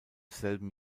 selben